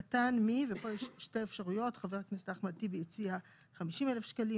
קטן מ " פה יש שתי אפשרויות: חבר הכנסת אחמד טיבי הציע 50,000 שקלים.